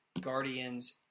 Guardians